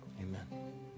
amen